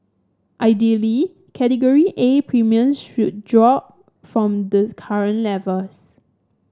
ideally Category A premium should drop from the current levels